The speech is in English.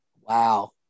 Wow